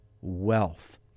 wealth